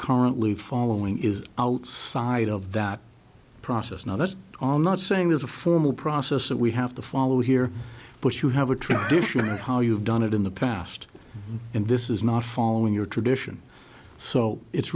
currently following is outside of that process not at all not saying there's a formal process that we have to follow here but you have a tradition of how you've done it in the past and this is not following your tradition so it's